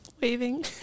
waving